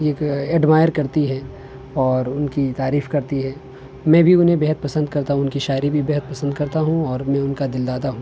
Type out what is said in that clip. ایک ایڈمائر کرتی ہے اور ان کی تعریف کرتی ہے میں بھی انہیں بےحد پسند کرتا ہوں ان کی شاعری بھی بےحد پسند کرتا ہوں اور میں ان کا دلدادہ ہوں